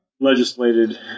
legislated